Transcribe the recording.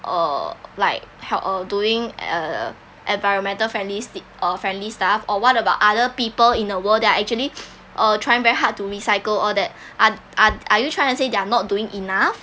err like help uh doing err environmental friendly st~ uh friendly stuff or what about other people in the world they're actually uh trying very hard to recycle all that are are are you trying to say they're not doing enough